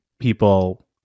people